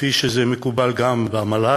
כפי שזה מקובל גם במל"ג,